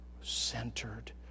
centered